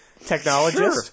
Technologist